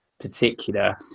particular